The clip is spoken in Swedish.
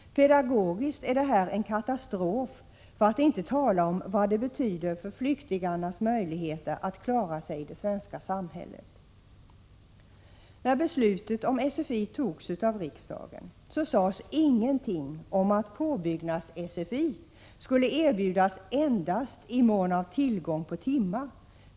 Pedagogiskt är detta en katastrof, för att inte tala om vad det betyder för flyktingarnas möjligheter att klara sig i det svenska samhället. När beslutet om SFI togs av riksdagen sades ingenting om att påbyggnads SFI skulle erbjudas endast i mån av tillgång på timmar.